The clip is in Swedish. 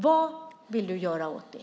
Vad vill du göra åt det?